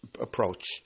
approach